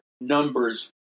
numbers